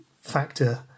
factor